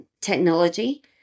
technology